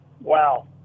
wow